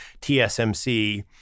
TSMC